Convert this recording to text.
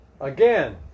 again